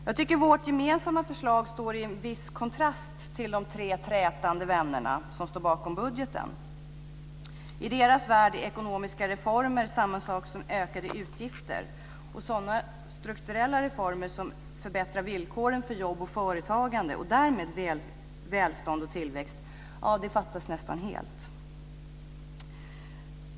Jag tycker att vårt gemensamma förslag står i viss kontrast till den budget som de tre trätande vännerna står bakom. I deras värld är ekonomiska reformer samma sak som ökade utgifter, medan sådana strukturella reformer som att förbättra villkoren för jobb och företagande och därmed för tillväxt och välstånd nästan helt fattas. Fru talman!